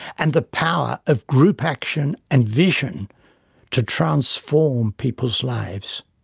and the power of group action and vision to transform people's lives.